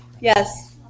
Yes